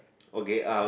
okay uh